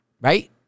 Right